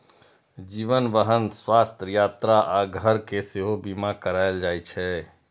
जीवन, वाहन, स्वास्थ्य, यात्रा आ घर के सेहो बीमा कराएल जाइ छै